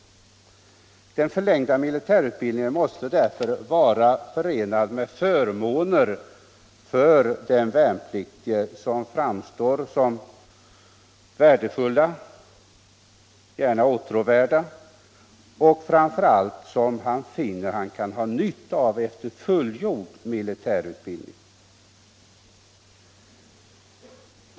Den förlängda militärutbildningen måste därför vara förenad med förmåner som för den värnpliktige framstår som värdefulla, gärna åtråvärda, och som han framför allt finner att han kan ha nytta av efter fullgjord militärutbildning.